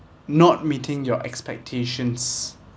not meeting your expectations